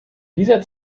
dieser